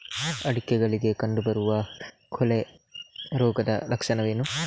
ಅಡಿಕೆಗಳಲ್ಲಿ ಕಂಡುಬರುವ ಕೊಳೆ ರೋಗದ ಲಕ್ಷಣವೇನು?